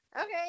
Okay